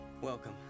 welcome